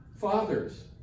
fathers